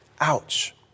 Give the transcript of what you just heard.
Ouch